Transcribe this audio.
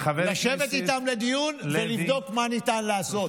לשבת איתם לדיון ולראות מה ניתן לעשות.